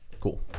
cool